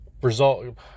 result